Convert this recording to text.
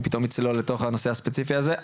ופתאום יצלול לתוך הנושא הספציפי הזה.